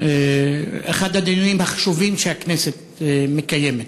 אחד הדיונים החשובים שהכנסת מקיימת.